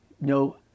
no